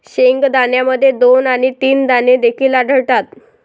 शेंगदाण्यामध्ये दोन आणि तीन दाणे देखील आढळतात